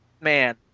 man